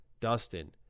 Dustin